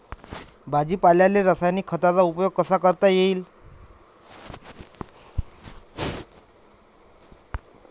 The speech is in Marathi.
भाजीपाल्याले रासायनिक खतांचा उपयोग कसा करता येईन?